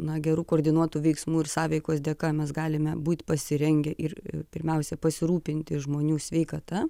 na gerų koordinuotų veiksmų ir sąveikos dėka mes galime būt pasirengę ir pirmiausia pasirūpinti žmonių sveikata